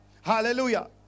Hallelujah